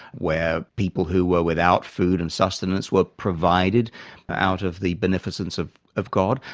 where people who were without food and sustenance were provided out of the beneficence of of god?